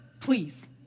please